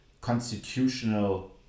constitutional